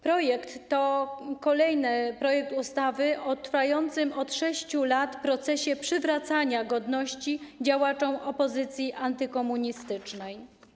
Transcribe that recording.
Projekt to kolejny projekt ustawy w trwającym od 6 lat procesie przywracania godności działaczom opozycji antykomunistycznej.